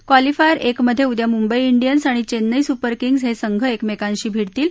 qualifier एक मधे उद्या मुंबई डियन्स आणि चैन्नई सुपर किंग्ज हे संघ एकमेकांशी भिडतील